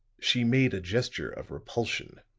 she made a gesture of repulsion.